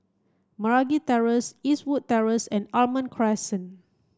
Meragi Terrace Eastwood Terrace and Almond Crescent